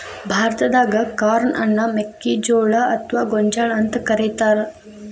ಭಾರತಾದಾಗ ಕಾರ್ನ್ ಅನ್ನ ಮೆಕ್ಕಿಜೋಳ ಅತ್ವಾ ಗೋಂಜಾಳ ಅಂತ ಕರೇತಾರ